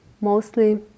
mostly